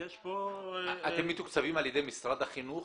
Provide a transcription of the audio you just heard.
אתם מתוקצבים על ידי משרד החינוך?